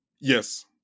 Yes